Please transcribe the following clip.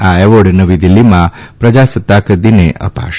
આ એવોર્ડ નવી દિલ્હીમાં પ્રજાસત્તાક દિને અપાશે